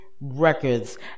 records